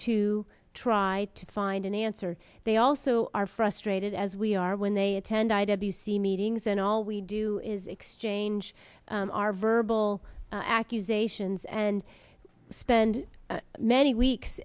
to try to find an answer they also are frustrated as we are when they attend i w c meetings and all we do is exchange our verbal accusations and spend many weeks